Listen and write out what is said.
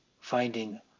finding